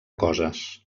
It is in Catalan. coses